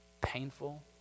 painful